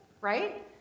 Right